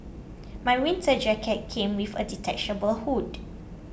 my winter jacket came with a detachable hood